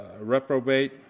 reprobate